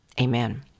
Amen